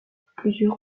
plusieurs